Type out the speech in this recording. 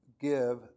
give